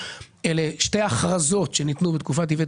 אלו שתי הכרזות שניתנו בתקופת איווט